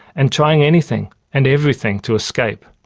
and trying anything and everything to escape.